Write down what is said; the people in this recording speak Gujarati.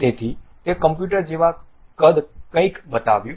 તેથી તે કમ્પ્યુટર જેવા કદ કંઈક બતાવ્યું